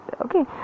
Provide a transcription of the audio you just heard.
okay